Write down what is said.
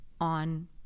on